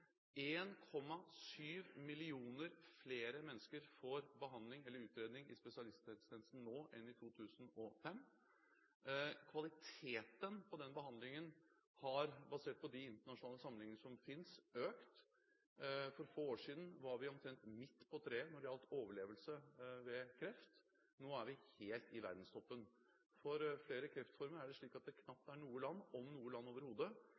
millioner flere mennesker får behandling eller utredning i spesialisthelsetjenesten nå enn i 2005. Kvaliteten på denne behandlingen har, basert på de internasjonale sammenligninger som finnes, økt. For få år siden var vi omtrent midt på treet når det gjaldt overlevelse ved kreft. Nå er vi helt i verdenstoppen. For flere kreftformer er det slik at det knapt er noe land – om noe land overhodet